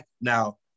now